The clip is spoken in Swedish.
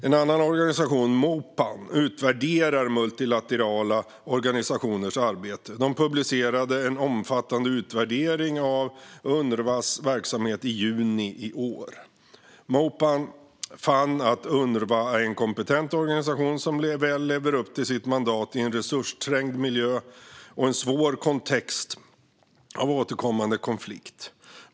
En annan organisation, Mopan, utvärderar multilaterala organisationers arbete. De publicerade en omfattande utvärdering av Unrwas verksamhet i juni i år. Mopan fann att Unrwa är en kompetent organisation som väl lever upp till sitt mandat i en resursträngd miljö och en svår kontext av återkommande konflikt.